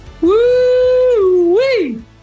Woo-wee